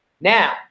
Now